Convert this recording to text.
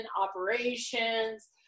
operations